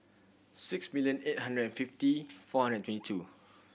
six million eight hundred and fifty four hundred and twenty two